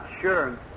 Sure